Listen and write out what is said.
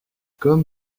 comme